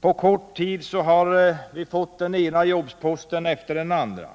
På kort tid har vi fått den ena jobsposten efter den andra.